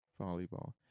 volleyball